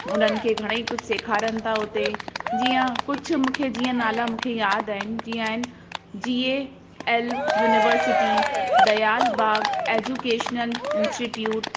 उन्हनि खे घणेई कुझु सेखारनि था हुते जीअं कुझु मूंखे जीअं नाला मूंखे यादि आहिनि जीअं आहिनि जी ए एल यूनिवर्सिटी दयालबाग एज्युकेशनल इंस्टिट्यूट